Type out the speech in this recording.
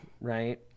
right